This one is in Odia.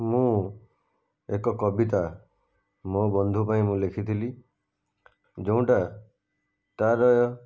ମୁଁ ଏକ କବିତା ମୋ ବନ୍ଧୁ ପାଇଁ ମୁଁ ଲେଖିଥିଲି ଯେଉଁଟା ତା'ର